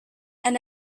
and